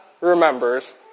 remembers